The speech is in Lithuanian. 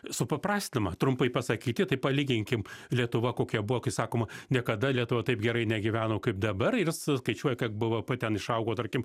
supaprastinama trumpai pasakyti tai palyginkim lietuva kokia buvo kai sakoma niekada lietuva taip gerai negyveno kaip dabar ir s skaičiuoja kad bvp ten išaugo tarkim